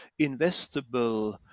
investable